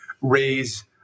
raise